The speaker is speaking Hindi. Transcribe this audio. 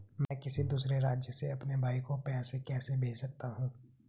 मैं किसी दूसरे राज्य से अपने भाई को पैसे कैसे भेज सकता हूं?